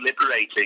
liberating